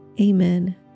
Amen